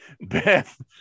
Beth